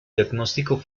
diagnóstico